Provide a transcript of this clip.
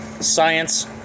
science